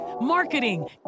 marketing